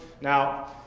Now